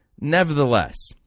Nevertheless